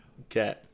Okay